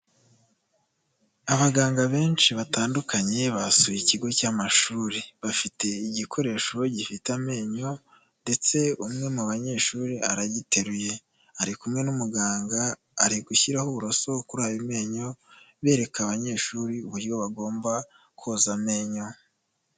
Abaganga benshi batandukanye, basuye ikigo cy'amashuri. Bafite igikoresho gifite amenyo ndetse umwe mu banyeshuri aragiteruye. Ari kumwe n'umuganga ari gushyiraho uburoso kuri ayo menyo, bereka abanyeshuri uburyo bagomba koza amenyo.